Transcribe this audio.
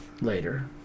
Later